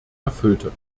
erfüllte